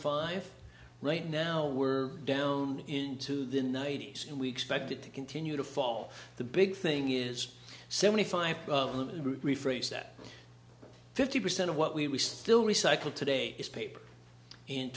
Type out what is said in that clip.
five right now we're down into the ninety's and we expect it to continue to fall the big thing is seventy five rephrase that fifty percent of what we still recycle today is paper and